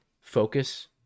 focus